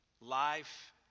life